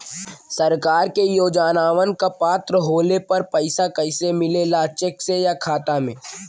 सरकार के योजनावन क पात्र होले पर पैसा कइसे मिले ला चेक से या खाता मे?